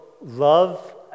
love